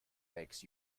makes